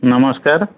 ନମସ୍କାର